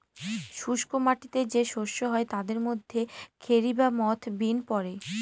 শুস্ক মাটিতে যে শস্য হয় তাদের মধ্যে খেরি বা মথ, বিন পড়ে